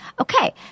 Okay